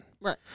Right